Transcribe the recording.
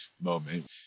moment